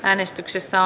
äänestyksessä